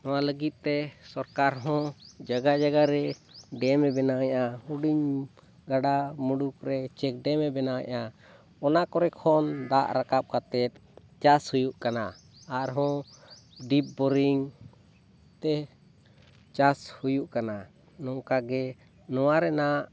ᱱᱚᱣᱟ ᱞᱟᱹᱜᱤᱫᱼᱛᱮ ᱥᱚᱨᱠᱟᱨ ᱦᱚᱸ ᱡᱟᱭᱜᱟ ᱡᱟᱭᱜᱟᱨᱮ ᱰᱮᱢᱮ ᱵᱮᱱᱟᱣᱮᱫᱟ ᱦᱩᱰᱤᱧ ᱜᱟᱰᱟ ᱢᱩᱰᱩᱜᱼᱨᱮ ᱪᱮᱠ ᱰᱮᱢᱮ ᱵᱮᱱᱟᱣᱮᱫᱟ ᱚᱱᱟ ᱠᱚᱨᱮ ᱠᱷᱚᱱ ᱫᱟᱜ ᱨᱟᱠᱟᱵ ᱠᱟᱛᱮᱫ ᱪᱟᱥ ᱦᱩᱭᱩᱜ ᱠᱟᱱᱟ ᱟᱨᱦᱚᱸ ᱰᱤᱯ ᱵᱳᱨᱤᱝᱛᱮ ᱪᱟᱥ ᱦᱩᱭᱩᱜ ᱠᱟᱱᱟ ᱱᱚᱝᱠᱟᱜᱮ ᱱᱚᱣᱟ ᱨᱮᱱᱟᱜ